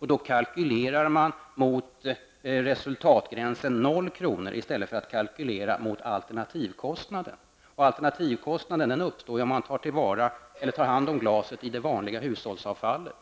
Man kalkylerar då mot resultatgränsen 0 kr. i stället för att kalkylera mot alternativkostnaden, som uppstår om man tar hand om glaset i det vanliga hushållsavfallet.